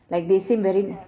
like they seem very